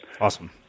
awesome